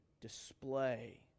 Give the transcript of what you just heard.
display